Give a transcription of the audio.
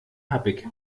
happig